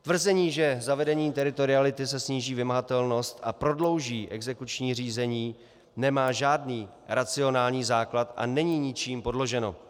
Tvrzení, že zavedením teritoriality se sníží vymahatelnost a prodlouží exekuční řízení, nemá žádný racionální základ a není ničím podloženo.